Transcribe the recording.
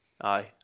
Aye